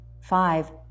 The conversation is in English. five